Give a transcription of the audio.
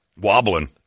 wobbling